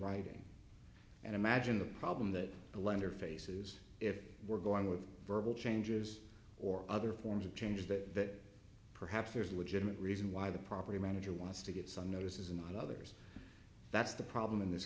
writing and imagine the problem that the lender faces if we're going with verbal changes or other forms of change that perhaps there's a legitimate reason why the property manager wants to get some notices and not others that's the problem in this